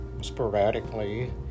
sporadically